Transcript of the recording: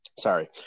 sorry